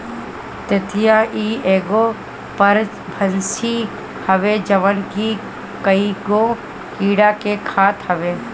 ततैया इ एगो परभक्षी हवे जवन की कईगो कीड़ा के खात हवे